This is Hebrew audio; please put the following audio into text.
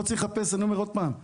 לא צריך לחפש בכוכבים,